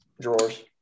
drawers